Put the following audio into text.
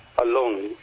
alone